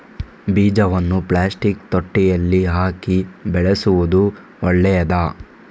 ಬೀಜವನ್ನು ಪ್ಲಾಸ್ಟಿಕ್ ತೊಟ್ಟೆಯಲ್ಲಿ ಹಾಕಿ ಬೆಳೆಸುವುದು ಒಳ್ಳೆಯದಾ?